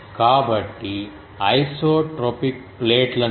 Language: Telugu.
కాబట్టి ఐసోట్రోపిక్ ప్లేట్ల నుండి E ప్లేన్లో బ్యాండ్విడ్త్